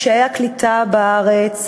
קשיי הקליטה בארץ